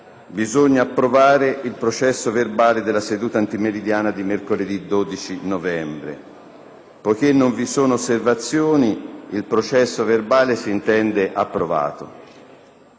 bisogna approvare il processo verbale della seduta antimeridiana di mercoledì 12 novembre. Non essendovi osservazioni, il processo verbale è approvato.